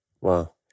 Wow